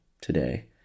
today